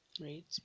right